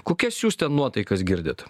kokias jūs ten nuotaikas girdit